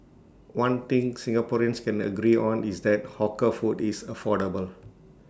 one thing Singaporeans can agree on is that hawker food is affordable